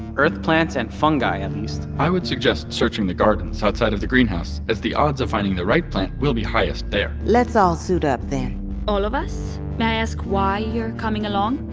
earth plants and fungi, at least i would suggest searching the gardens outside of the greenhouse, as the odds of finding the right plant will be highest there let's all suit up, then all of us? may i ask why you're coming along?